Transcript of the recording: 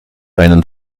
einen